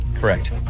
Correct